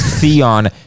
Theon